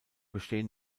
bestehen